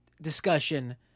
discussion